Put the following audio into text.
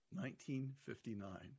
1959